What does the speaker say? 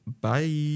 Bye